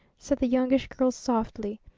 said the youngish girl softly.